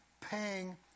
paying